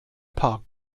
paar